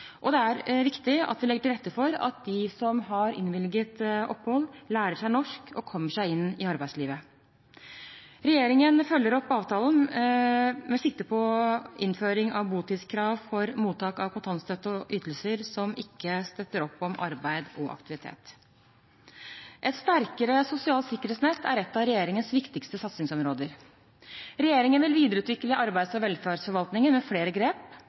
Det er også viktig å legge til rette for at de som har fått innvilget opphold, lærer seg norsk og kommer seg inn i arbeidslivet. Regjeringen følger opp avtalen med sikte på innføring av botidskrav for mottak av kontantstøtte og ytelser som ikke støtter opp om arbeid og aktivitet. Et sterkere sosialt sikkerhetsnett er et av regjeringens viktigste satsingsområder. Regjeringen vil videreutvikle arbeids- og velferdsforvaltningen ved flere grep